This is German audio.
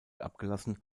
abgelassen